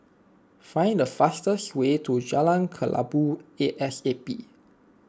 find the fastest way to Jalan Kelabu A S A P